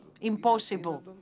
impossible